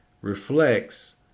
reflects